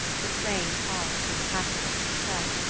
the train paused for the passing of an express,